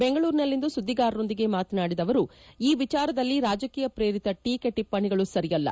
ಬೆಂಗಳೂರಿನಲ್ಲಿಂದು ಸುದ್ಲಿಗಾರರೊಂದಿಗೆ ಮಾತನಾಡಿದ ಅವರು ಈ ವಿಚಾರದಲ್ಲಿ ರಾಜಕೀಯ ಪ್ರೇರಿತ ಟೀಕೆ ಟಿಪ್ಟಣಿಗಳು ಸರಿಯಲ್ಲ